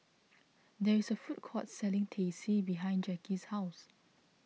there is a food court selling Teh C behind Jacky's house